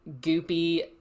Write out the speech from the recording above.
goopy